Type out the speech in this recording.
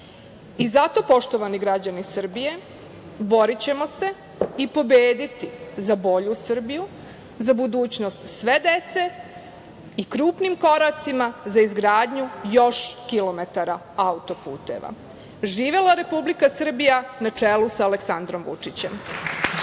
poštovani građani Srbije, borićemo se i pobediti, za bolju Srbiju, za budućnost sve dece i krupnimkoracima za izgradnju još kilometara autoputeva. Živela Republika Srbija na čelu sa Aleksandrom Vučićem.